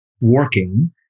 working